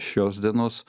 šios dienos